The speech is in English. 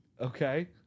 Okay